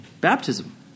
baptism